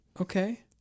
Okay